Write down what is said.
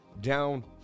down